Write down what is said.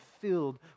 filled